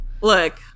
Look